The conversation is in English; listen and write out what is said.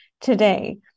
today